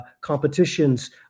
competitions